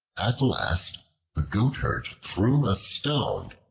at last the goatherd threw a stone,